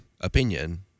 opinion